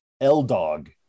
L-Dog